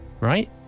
right